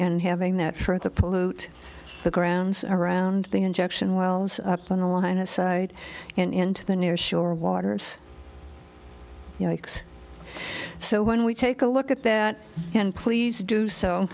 and having that further pollute the grounds around the injection wells up on the line outside and into the near shore waters you know x so when we take a look at that and please do so